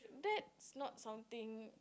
that's not something